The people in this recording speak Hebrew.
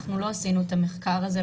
אנחנו לא עשינו את המחקר הזה,